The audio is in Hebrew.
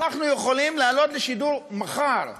אנחנו יכולים לעלות לשידור מחר.